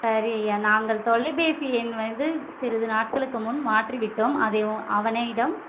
சரி ஐயா நாங்கள் தொலைபேசி எண் வந்து சிறிது நாட்களுக்கு முன் மாற்றி விட்டோம் அதை உ அவனையிடம்